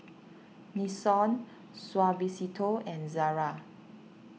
Nixon Suavecito and Zara